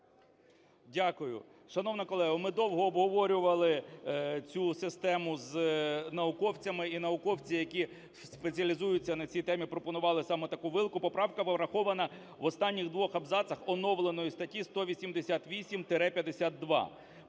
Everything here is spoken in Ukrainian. Дякую. Шановна колего, ми довго обговорювали цю систему з науковцями. І науковці, які спеціалізуються на цій темі, пропонували саме таку вилку. Поправка була врахована в останніх двох абзацах оновленої статті 188-52: